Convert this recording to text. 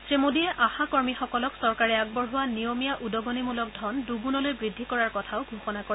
শ্ৰী মোডীয়ে আশা কৰ্মীসকলক চৰকাৰে আগবঢ়োৱা নিয়মীয়া উদগণিমূলক ধন দুগুণলৈ বৃদ্ধি কৰাৰ কথাও ঘোষণা কৰে